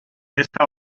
esta